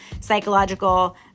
psychological